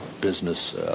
business